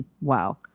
Wow